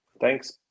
Thanks